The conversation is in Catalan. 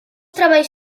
treballs